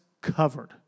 covered